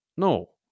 no